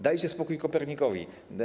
Dajcie spokój Kopernikowi.